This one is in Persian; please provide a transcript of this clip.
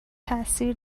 تاثیر